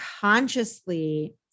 consciously